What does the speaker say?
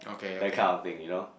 that kind of thing you know